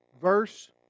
Verse